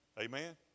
Amen